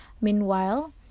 Meanwhile